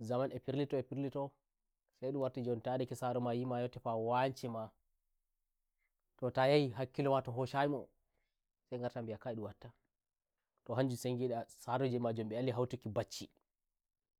zaman e firlito e firlitosai ndum warti njon to yadake saromayi ma yau tefa wance mato fa yahi hakkilo ma to hoshayi masai ngarta mbi'a kawai ndum wattato hanjum sai ngida saroje en mbema njambe dali hautaki bacci